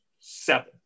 Seven